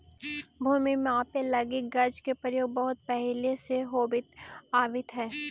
भूमि मापे लगी गज के प्रयोग बहुत पहिले से होवित आवित हइ